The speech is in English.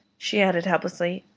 she added, helplessly,